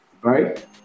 right